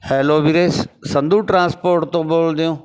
hello ਵੀਰੇ Sandhu transport ਤੋਂ ਬੋਲਦੇ ਹੋ